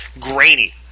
grainy